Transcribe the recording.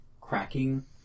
cracking